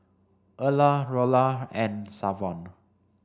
Erla Laura and Savon